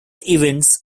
events